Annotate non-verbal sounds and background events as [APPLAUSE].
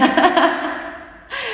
[LAUGHS] [BREATH]